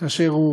כאשר הוא